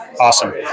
Awesome